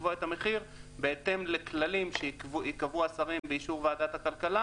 לקבוע את המחיר בהתאם לכללים שיקבעו השרים באישור ועדת הכלכלה